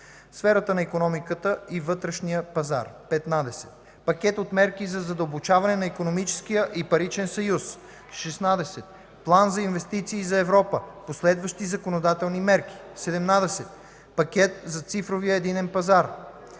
сферата на икономиката и вътрешния пазар: 15. Пакет от мерки за задълбочаване на икономическия и паричен съюз. 16. План за инвестиции за Европа: Последващи законодателни мерки. 17. Пакет за цифровия единен пазар